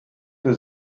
für